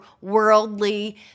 worldly